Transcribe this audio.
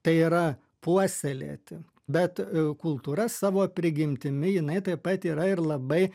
tai yra puoselėti bet a kultūra savo prigimtimi jinai taip pat yra ir labai